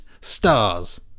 stars